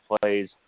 plays